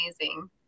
amazing